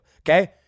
Okay